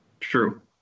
True